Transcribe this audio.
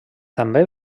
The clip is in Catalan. també